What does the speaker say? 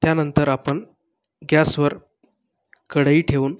त्यानंतर आपण गॅसवर कढई ठेवून